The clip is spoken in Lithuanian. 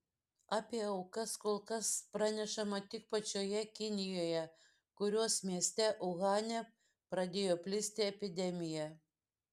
apie aukas kol kas pranešama tik pačioje kinijoje kurios mieste uhane pradėjo plisti epidemija